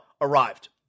arrived